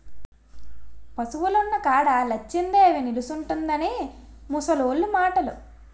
పశువులున్న కాడ లచ్చిందేవి నిలుసుంటుందని ముసలోళ్లు మాటలు